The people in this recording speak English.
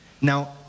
Now